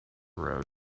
road